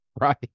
Right